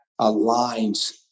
aligns